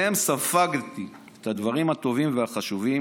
שמהם ספגתי את הדברים הטובים והחשובים